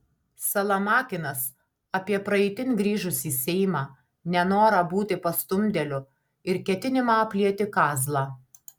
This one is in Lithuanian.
salamakinas apie praeitin grįžusį seimą nenorą būti pastumdėliu ir ketinimą aplieti kazlą